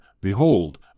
behold